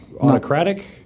autocratic